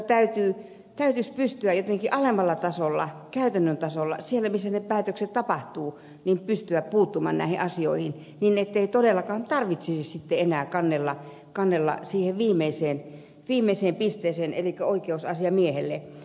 näin siksi että täytyisi pystyä alemmalla tasolla käytännön tasolla siellä missä ne päätökset tapahtuvat puuttumaan näihin asioihin niin ettei todellakaan tarvitsisi sitten enää kannella siihen viimeiseen pisteeseen elikkä oikeusasiamiehelle